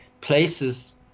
places